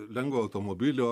lengvo automobilio